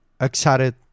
excited